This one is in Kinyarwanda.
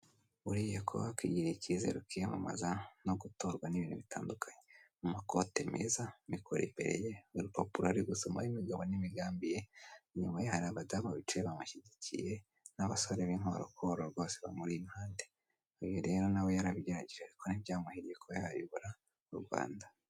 Buriya kuba wakwigirira ikizere ukiyamamaza no gutorwa ni ibintu bibiri bitandukanye, mu makote meza mikoro imbere ye n'urupapuro ari gusomaho imigabo n'imigambi ye, inyumaye hari abadamu bamushyigikiye n'abasore b'inkorokoro, bamuri iruhande, uyu rero nawe yarabigeragree, ariko ntibyamuhiriye kuba yayobora u Rwanda.